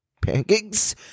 pancakes